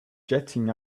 jetting